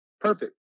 perfect